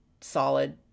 solid